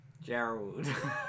Gerald